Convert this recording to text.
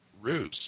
Ruse